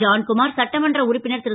ஜான்குமார் சட்டமன்ற உறுப்பினர் ரு